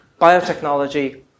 biotechnology